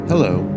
Hello